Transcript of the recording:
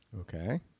Okay